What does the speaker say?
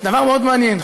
דבר מאוד מעניין.